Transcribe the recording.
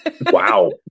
Wow